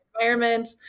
environment